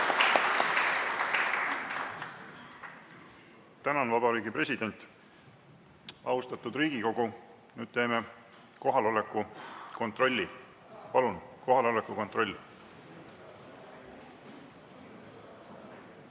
Tänan, vabariigi president! Austatud Riigikogu, nüüd teeme kohaloleku kontrolli. Palun kohaloleku kontroll!